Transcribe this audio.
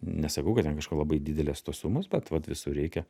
nesakau kad ten kažko labai didelės tos sumos bet vat visur reikia